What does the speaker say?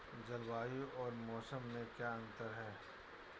जलवायु और मौसम में अंतर क्या है?